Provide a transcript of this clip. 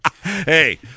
Hey